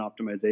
optimization